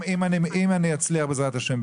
אם אני אצליח בעזרת השם,